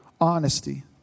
honesty